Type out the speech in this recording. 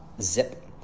zip